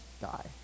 die